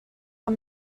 are